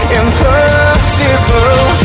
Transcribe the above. impossible